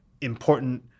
important